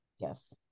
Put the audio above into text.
Yes